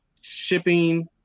shipping